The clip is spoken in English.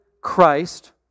Christ